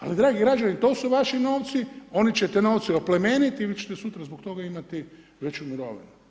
Ali, dragi građani to su vaši novci, oni će te novce oplemeniti i vi ćete sutra zbog toga imati veću mirovinu.